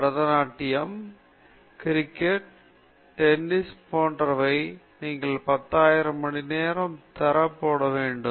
Bharatanatyam cricket tennis போன்றவை நீங்கள் 10000 மணி நேரம் தர போட வேண்டும்